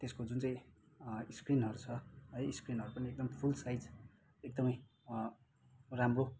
त्यसको जुन चाहिँ स्क्रिनहरू छ है स्क्रिनहरू पनि एकदम फुल साइज एकदमै राम्रो